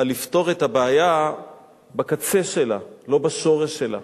על לפתור את הבעיה בקצה שלה, לא בשורש שלה.